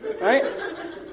right